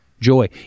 joy